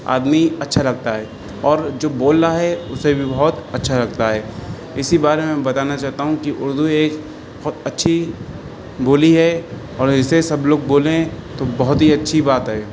آدمی اچھا لگتا ہے اور جو بول رہا ہے اسے بھی بہت اچھا لگتا ہے اسی بارے میں بتانا چاہتا ہوں کہ اردو ایک بہت اچھی بولی ہے اور اسے سب لوگ بولیں تو بہت ہی اچھی بات ہے